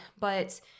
But-